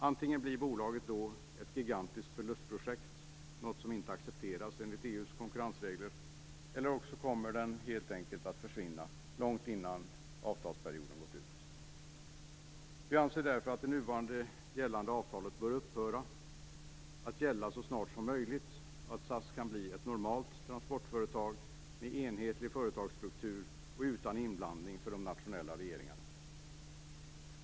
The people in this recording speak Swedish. Antingen blir bolaget ett gigantiskt förlustprojekt, något som inte accepteras enligt EU:s konkurrensregler, eller också kommer det att helt försvinna, långt innan avtalsperioden gått ut. Vi anser därför att det nu gällande avtalet bör upphöra så snart som möjlig, så att SAS kan bli ett normalt transportföretag med en enhetlig företagsstruktur och utan inblandning från de nationella regeringarna.